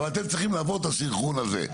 אבל אתם צריכים לעבור את הסנכרון הזה.